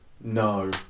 No